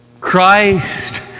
Christ